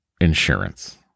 insurance